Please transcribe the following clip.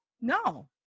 No